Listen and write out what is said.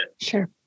Sure